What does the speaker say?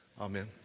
Amen